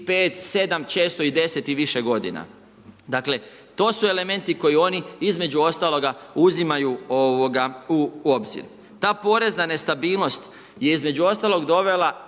5, 7, često i 10 i više godina. Dakle to su elementi koje oni između ostaloga uzimaju u obzir. Ta porezna nestabilnost je između ostalog dovela